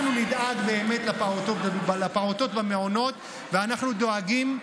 אנחנו נדאג באמת לפעוטות במעונות, ואנחנו דואגים.